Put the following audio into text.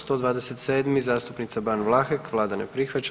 127. zastupnica Ban Vlahek, vlada ne prihvaća.